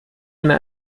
eine